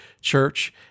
church